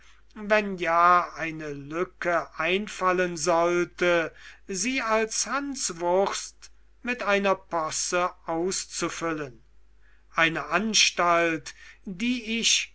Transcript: wenn ja eine lücke einfallen sollte sie als hanswurst mit einer posse auszufüllen eine anstalt die ich